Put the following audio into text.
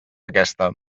aquesta